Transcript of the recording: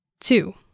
Two